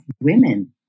women